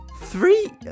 three